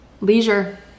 leisure